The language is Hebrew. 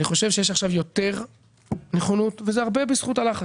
אני חושב שיש עכשיו יותר נכונות וזה הרבה בזכות הלחץ.